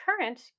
current